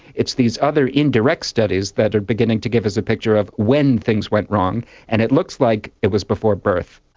it's these other indirect studies that are beginning to give us a picture of when things went wrong and it looks like it was before birth.